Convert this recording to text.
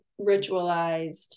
ritualized